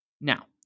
Now